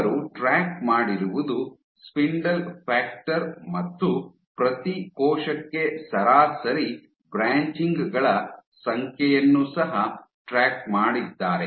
ಅವರು ಟ್ರ್ಯಾಕ್ ಮಾಡಿರುವುದು spindle factor ಮತ್ತು ಪ್ರತಿ ಕೋಶಕ್ಕೆ ಸರಾಸರಿ ಬ್ರ್ಯಾಂಚಿಂಗ್ ಗಳ ಸಂಖ್ಯೆಯನ್ನು ಸಹ ಟ್ರ್ಯಾಕ್ ಮಾಡಿದ್ದಾರೆ